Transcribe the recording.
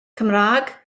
cymraeg